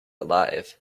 alive